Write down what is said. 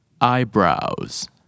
Eyebrows